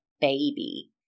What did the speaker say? baby